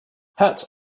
hats